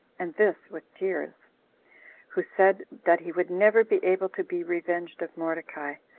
and this with tears who said, that he would never be able to be revenged of mordecai,